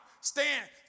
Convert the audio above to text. stand